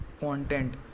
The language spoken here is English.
content